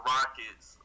Rockets